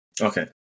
Okay